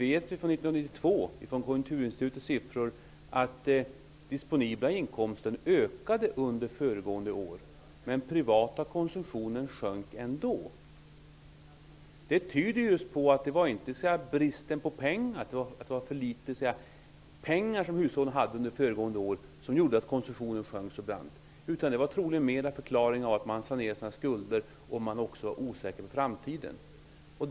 Vi vet ju, genom Konjunkturinstitutets siffror, att den disponibla inkomsten ökade under 1992 men att den privata konsumtionen ändå sjönk. Det tyder på att det inte bara var hushållens brist på pengar som gjorde att konsumtionen sjönk så brant. Förklaringen var troligen att man sanerade sina skulder och var osäker om framtiden.